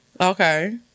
Okay